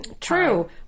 True